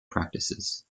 practices